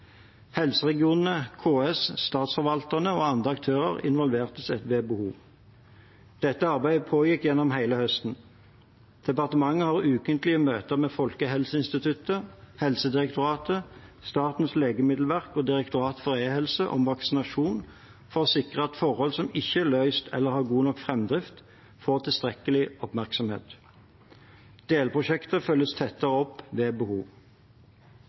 Helseregionene, KS, statsforvalterne og andre aktører ble involvert ved behov. Dette arbeidet pågikk gjennom hele høsten. Departementet har ukentlige møter med Folkehelseinstituttet, Helsedirektoratet, Statens legemiddelverk og Direktoratet for e-helse om vaksinasjon for å sikre at forhold som ikke er løst eller ikke har god nok framdrift, får tilstrekkelig oppmerksomhet. Delprosjekter følges tettere opp ved behov.